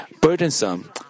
burdensome